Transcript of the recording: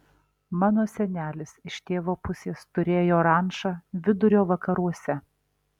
mano senelis iš tėvo pusės turėjo rančą vidurio vakaruose